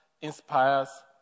inspires